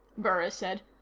burris said,